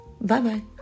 Bye-bye